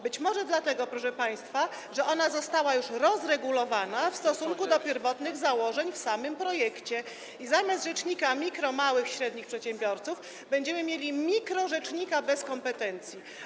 Być może dlatego, proszę państwa, że zostało to już rozregulowane w stosunku do pierwotnych założeń w samym projekcie i zamiast rzecznika mikro-, małych i średnich przedsiębiorców będziemy mieli mikrorzecznika bez kompetencji.